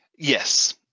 Yes